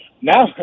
Now